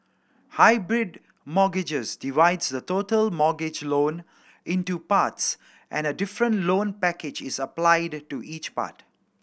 hybrid mortgages divides the total mortgage loan into parts and a different loan package is applied to each part